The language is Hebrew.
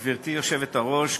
גברתי היושבת-ראש,